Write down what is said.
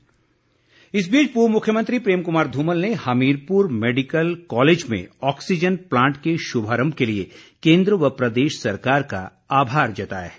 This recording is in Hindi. धूमल इस बीच पूर्व मुख्यमंत्री प्रेम कुमार धूमल ने हमीरपुर मेडिकल कॉलेज में ऑक्सीजन प्लांट के शुभारंभ के लिए केंद्र व प्रदेश सरकार का आभार जताया है